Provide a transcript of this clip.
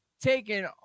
taking